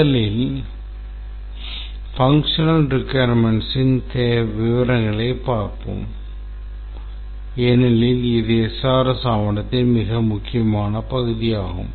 முதலில் செயல்பாட்டுத் தேவைகளின் விவரங்களைக் காண்போம் ஏனெனில் இது SRS ஆவணத்தின் மிக முக்கியமான பகுதியாகும்